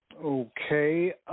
Okay